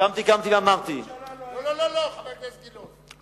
מה זה משנה?